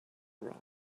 wrong